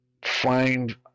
find